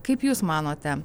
kaip jūs manote